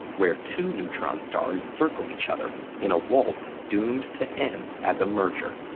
where two neutron stars circle each other in a waltz doomed to end as a merger.